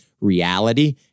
reality